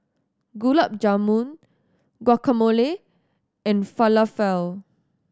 Gulab Jamun Guacamole and Falafel